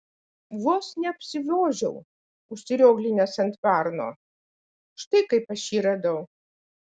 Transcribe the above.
vos neapsivožiau užrioglinęs ant varno štai kaip aš jį radau